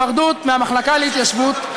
והיפרדות מהמחלקה להתיישבות.